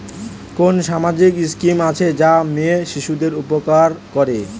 কোন সামাজিক স্কিম আছে যা মেয়ে শিশুদের উপকার করে?